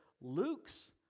Luke's